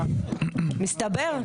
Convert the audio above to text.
מסתבר.